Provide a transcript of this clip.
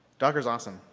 docker's awesome,